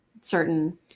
certain